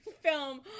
film